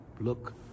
Look